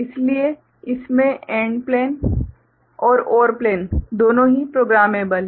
इसलिए इसमें AND plane और OR प्लेन दोनों ही प्रोग्रामेबल हैं